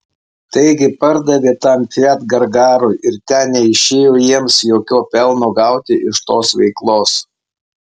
taigi pardavė tam fiat gargarui ir ten neišėjo jiems jokio pelno gauti iš tos veiklos